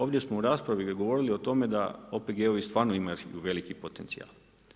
Ovdje smo u raspravi govorili o tome da OPG-ovi stvarno imaju veliki potencijal.